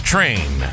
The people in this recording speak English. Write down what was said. Train